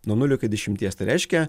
nuo nulio iki dešimties tai reiškia